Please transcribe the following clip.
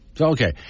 Okay